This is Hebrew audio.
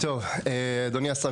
אדוני השר,